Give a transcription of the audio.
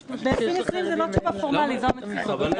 ב-2020 זו לא תשובה פורמלית, זו המציאות.